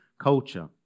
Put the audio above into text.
culture